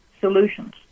solutions